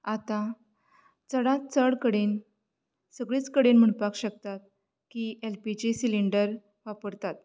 आतां चडांत चड कडेन सगळींच कडेन म्हणपाक शकतात की एल पी जे सिलींडर वापरतात